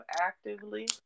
actively